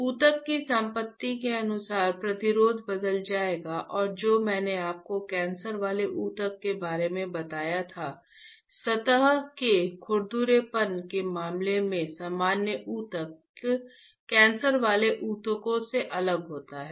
ऊतक की संपत्ति के अनुसार प्रतिरोध बदल जाएगा और जो मैंने आपको कैंसर वाले ऊतक के बारे में बताया था सतह के खुरदरेपन के मामले में सामान्य ऊतक कैंसर वाले ऊतकों से अलग होते हैं